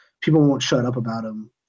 people-won't-shut-up-about-him